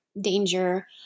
danger